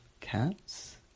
cats